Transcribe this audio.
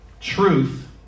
Truth